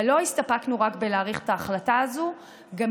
אבל לא הסתפקנו רק בהארכת החלטה הזאת אלא גם